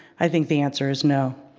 i think the answer is no.